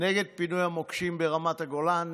נגד פינוי המוקשים ברמת הגולן,